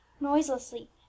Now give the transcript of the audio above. Noiselessly